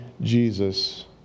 Jesus